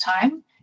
time